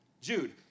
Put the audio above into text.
Jude